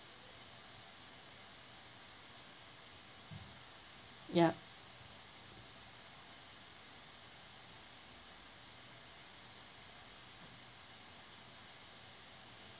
yup